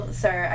sir